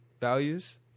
values